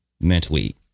mentally